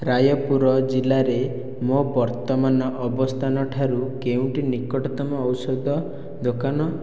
ରାୟପୁର ଜିଲ୍ଲାରେ ମୋ ବର୍ତ୍ତମାନ ଅବସ୍ଥାନ ଠାରୁ କେଉଁଟି ନିକଟତମ ଔଷଧ ଦୋକାନ